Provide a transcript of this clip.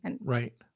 Right